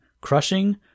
crushing